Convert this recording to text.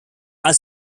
are